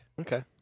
Okay